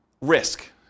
risk